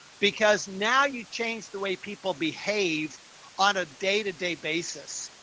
because now you changed the way people behave on a day to day basis.